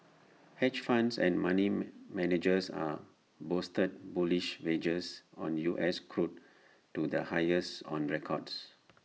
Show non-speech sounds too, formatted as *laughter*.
hedge funds and money *unintelligible* managers A boosted bullish wagers on U S crude to the highest on records